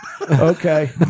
Okay